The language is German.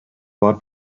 war